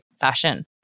fashion